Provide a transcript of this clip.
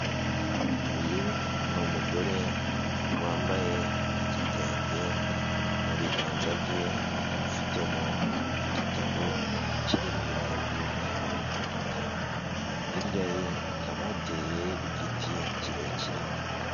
Uyu ni umugore wambaye igitenge, mu biganza bye akaba afitemo igitabo kiri mu ibara ry'umweru n'umukara. Hirya ye hakaba hateye igiti kirekire.